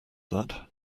that